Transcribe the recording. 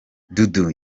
dudu